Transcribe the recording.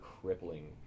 crippling